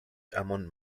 among